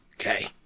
Okay